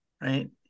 Right